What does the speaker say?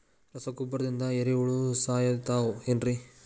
ರಸಗೊಬ್ಬರದಿಂದ ಏರಿಹುಳ ಸಾಯತಾವ್ ಏನ್ರಿ?